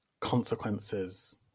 consequences